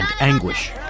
anguish